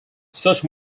such